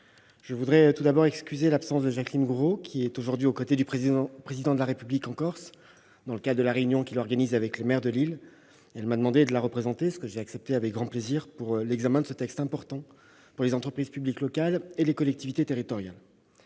je souhaite tout d'abord excuser l'absence de Jacqueline Gourault, qui est aujourd'hui aux côtés du Président de la République en Corse, dans le cadre de la réunion qu'il organise avec les maires de l'île. Elle m'a demandé de la représenter, ce que j'ai accepté avec grand plaisir, pour l'examen de ce texte important pour les entreprises publiques locales et les collectivités territoriales.